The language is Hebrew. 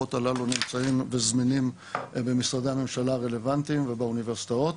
והדו"חות הללו נמצאים וזמינים במשרדי הממשלה הרלוונטיים ובאוניברסיטאות.